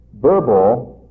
verbal